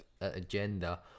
Agenda